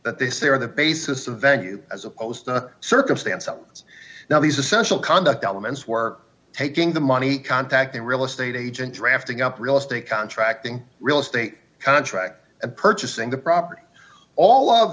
that they say are the basis of venue as opposed to other circumstances now these essential conduct elements were taking the money contacting real estate agent drafting up real estate contracting real estate contracts and purchasing the property all of